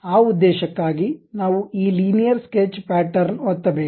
ಆ ಉದ್ದೇಶಕ್ಕಾಗಿ ನಾವು ಈ ಲೀನಿಯರ್ ಸ್ಕೆಚ್ ಪ್ಯಾಟರ್ನ್ ಒತ್ತಬೇಕು